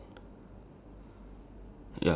wait wait at the left side as in